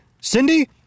Cindy